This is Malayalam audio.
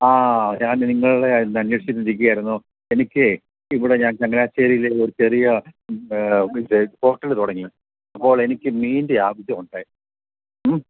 ആ ഞാാന് നിങ്ങളെ അന്വേഷിച്ചുകൊണ്ടിരിക്കുകയായിരുന്നു എനിക്ക് ഇവിടെ ഞാൻ ചങ്ങനാശ്ശേരിയിലേ ഒരു ചെറിയ ഹോട്ടല് തുടങ്ങി അപ്പോൾ എനിക്ക് മീനിൻ്റെ ആവശ്യമുണ്ടേ